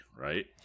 right